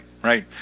Right